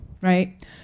right